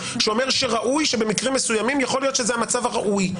שאומר שראוי שבמקרים מסוימים יכול להיות שזה המצב הראוי.